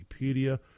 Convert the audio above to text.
Wikipedia